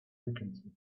vacancy